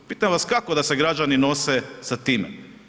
Pitam vas kako da se građani nose sa time.